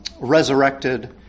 resurrected